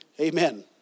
Amen